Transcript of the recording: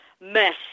mess